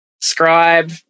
Scribe